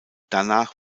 danach